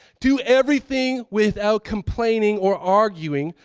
do everything without complaining or arguing,